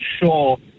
sure